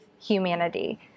humanity